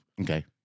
Okay